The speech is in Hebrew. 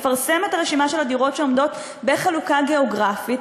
לפרסם את הרשימה של הדירות שעומדות בחלוקה גיאוגרפית,